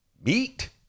meat